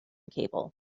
cable